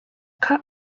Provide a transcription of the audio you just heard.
cut